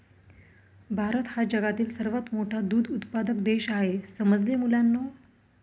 भारत हा जगातील सर्वात मोठा दूध उत्पादक देश आहे समजले मुलांनो